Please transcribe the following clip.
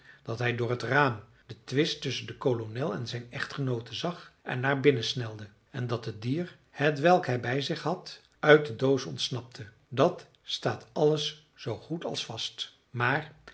dat hij door het raam den twist tusschen den kolonel en zijn echtgenoote zag en naar binnen snelde en dat het dier hetwelk hij bij zich had uit de doos ontsnapte dat staat alles zoo goed als vast maar